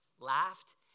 laughed